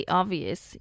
obvious